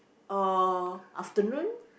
or afternoon